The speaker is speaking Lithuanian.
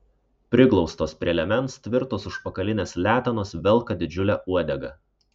priglaustos prie liemens tvirtos užpakalinės letenos velka didžiulę uodegą